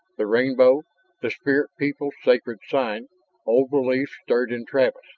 the rainbow the spirit people's sacred sign old beliefs stirred in travis,